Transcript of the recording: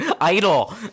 idol